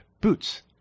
boots